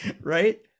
Right